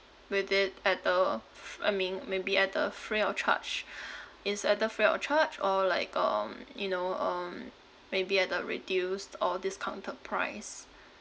with it at a f~ I mean maybe at a free of charge it's either free of charge or like um you know um maybe at a reduced or discounted price